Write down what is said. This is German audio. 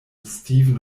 stephen